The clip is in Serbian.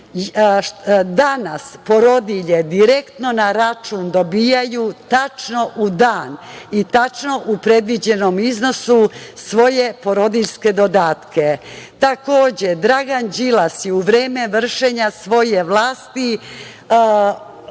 Danas porodilje direktno na račun dobijaju tačno u dan i tačno u predviđenom iznosu svoje porodiljske dodatke. Takođe, Dragan Đilas je u vreme vršenja svoje vlasti